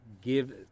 give